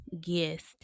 guest